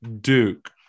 Duke